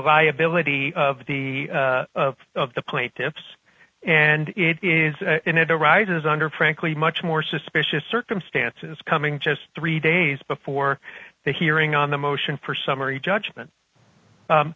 viability of the of the plaintiffs and it is and it arises under frankly much more suspicious circumstances coming just three days before the hearing on the motion for summary judgment